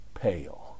pale